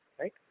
right